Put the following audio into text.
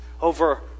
over